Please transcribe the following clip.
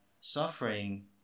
suffering